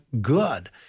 good